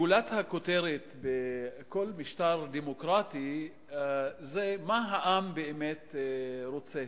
גולת הכותרת בכל משטר דמוקרטי זה מה העם באמת רוצה,